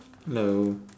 hello